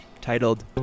titled